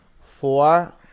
Four